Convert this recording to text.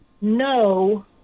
no